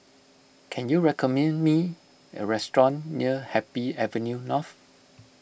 can you recommend me a restaurant near Happy Avenue North